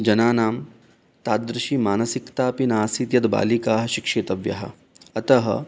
जनानां तादृशी मानसिकतापि नासीत् यद् बालिकाः शिक्षितव्याः अतः